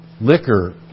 liquor